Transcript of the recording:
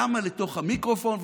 למה לתוך המיקרופון?